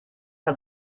hat